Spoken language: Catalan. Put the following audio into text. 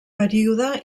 període